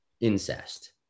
incest